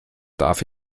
darf